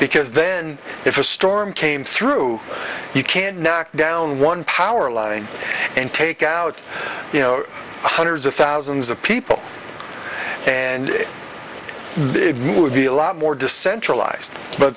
because then if a storm came through you can knock down one power line and take out you know hundreds of thousands of people and it would be a lot more decentralized but